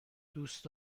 دوست